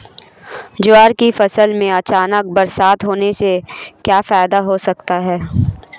ज्वार की फसल में अचानक बरसात होने से क्या फायदा हो सकता है?